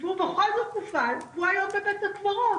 והוא בכל זאת נפל והוא היום בבית הקברות